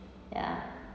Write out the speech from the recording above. ya